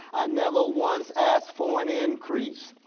i never once asked for an increase.